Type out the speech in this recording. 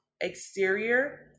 exterior